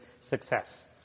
success